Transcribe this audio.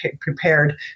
prepared